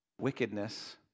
wickedness